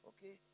Okay